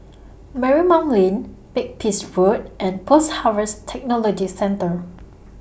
Marymount Lane Makepeace Road and Post Harvest Technology Centre